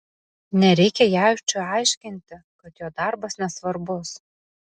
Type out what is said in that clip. nereikia jaučiui aiškinti kad jo darbas nesvarbus